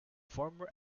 former